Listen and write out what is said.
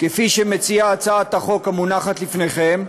כפי שמציעה הצעת החוק המונחת לפניכם,